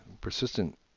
Persistent